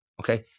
Okay